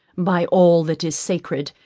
by all that is sacred,